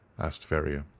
asked ferrier.